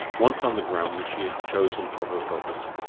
once on the ground that she had chosen for her purpose,